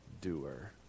doer